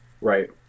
Right